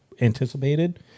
anticipated